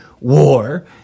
War